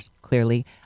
clearly